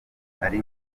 ari